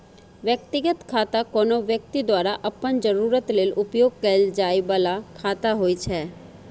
व्यक्तिगत खाता कोनो व्यक्ति द्वारा अपन जरूरत लेल उपयोग कैल जाइ बला खाता होइ छै